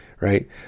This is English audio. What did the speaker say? right